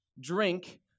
drink